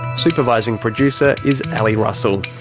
supervising producer is ali russell.